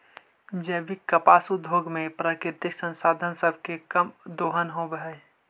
जैविक कपास उद्योग में प्राकृतिक संसाधन सब के कम दोहन होब हई